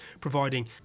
providing